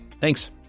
Thanks